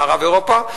מערב-אירופה,